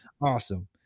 Awesome